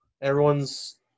Everyone's –